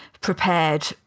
prepared